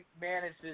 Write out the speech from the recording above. manages